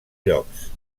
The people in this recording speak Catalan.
llocs